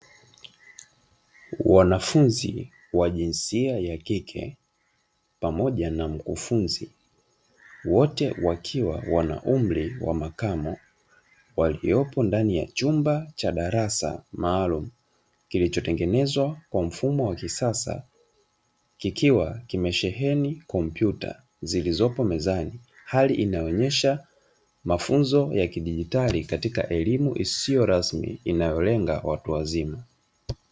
Wanafunzi wa jinsia ya kike pamoja na mkufunzi wote wakiwa wana umri wa makamo, waliopo ndani ya chumba cha darasa maalumu kilichotengenezwa kwa mfumo wa kisasa kikiwa kimesheheni kompyuta zilizopo mezani, hali inayoonesha mafunzo ya kidigitali katika elimu isiyo rasmi inayolenga watu wazima.